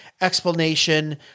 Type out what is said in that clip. explanation